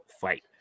fight